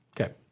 Okay